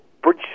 bridge